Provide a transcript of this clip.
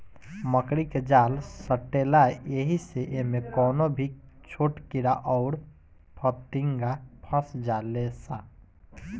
मकड़ी के जाल सटेला ऐही से इमे कवनो भी छोट कीड़ा अउर फतीनगा फस जाले सा